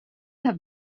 have